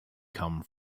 come